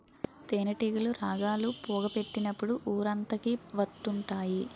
తేనేటీగలు రాగాలు, పొగ పెట్టినప్పుడు ఊరంతకి వత్తుంటాయి